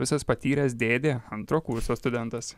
visas patyręs dėdė antro kurso studentas